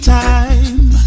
time